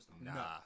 nah